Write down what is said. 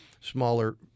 smaller